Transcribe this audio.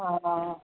हा